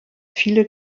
viele